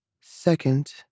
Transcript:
Second